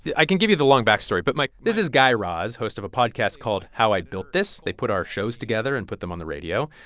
i can give you the long backstory, but my. this is guy raz, host of a podcast called how i built this. they put our shows together and put them on the radio.